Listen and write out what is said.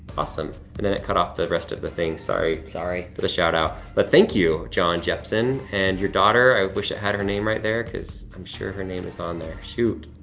awesome and then it cut off the rest of the thing. sorry. sorry. for the shout-out. but thank you john jepson and your daughter, i wish it had her name right there cause i'm sure her name is on there. shoot